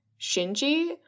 Shinji